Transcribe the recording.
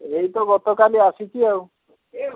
ଏଇ ତ ଗତକାଲି ଆସିଛି ଆଉ